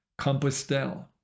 Compostelle